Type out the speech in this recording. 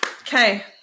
Okay